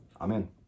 Amen